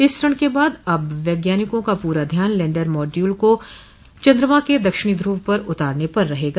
इस चरण क बाद अब वैज्ञानिकों का पूरा ध्यान लैण्डर मॉड्यूल को चन्द्रमा के दक्षिणी ध्रुव पर उतारने पर रहेगा